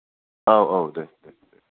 औ औ औ दे दे दे